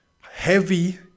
heavy